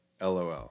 LOL